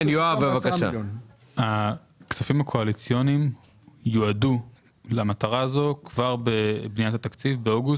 הכספים הקואליציוניים יועדו למטרה הזאת בבניית התקציב באוגוסט,